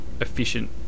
efficient